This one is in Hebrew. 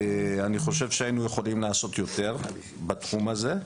אני חושב שהיינו יכולים לעשות יותר בתחום הזה.